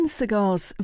cigars